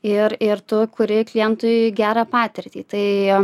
ir ir tu kuri klientui gerą patirtį tai